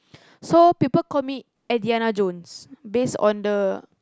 so people call me Adiana-Jones base on the